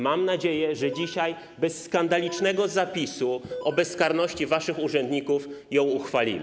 Mam nadzieję, że dzisiaj bez skandalicznego zapisu o bezkarności waszych urzędników ją uchwalimy.